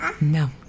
No